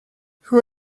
who